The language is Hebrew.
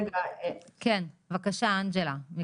כן, בבקשה אנג'לה.